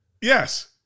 Yes